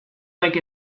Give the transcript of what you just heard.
like